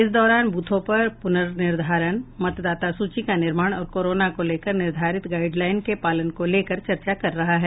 इस दौरान ब्रथों का पुनर्निधारण मतदाता सूची का निर्माण और कोरोना को लेकर निर्धारित गाइडलाइन के पालन को लेकर चर्चा कर रहा है